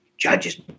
Judges